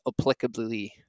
applicably